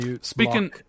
speaking